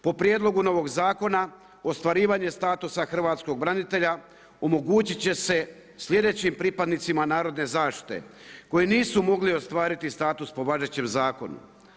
Po prijedlogu novog zakona, ostvarivanje statusa hrvatskog branitelja omogućit će se slijedećim pripadnicima narodne zaštite koji nisu mogli ostvariti status po važećem zakonu.